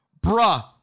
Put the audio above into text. Bruh